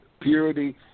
purity